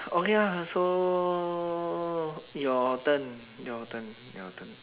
okay lah so your turn your turn your turn